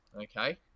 okay